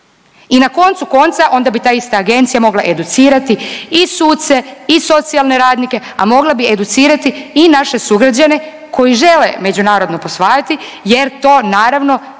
I na koncu konca, onda bi ta ista agencija mogla educirati i suce i socijalne radnike, a mogla bi educirati i naše sugrađane koji žele međunarodno posvajati jer to naravno,